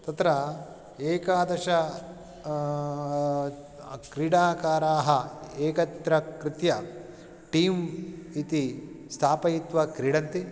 तत्र एकादश क्रीडाकाराः एकत्रिकृत्य टीम् इति स्थापयित्वा क्रीडन्ति